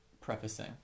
prefacing